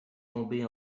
tombée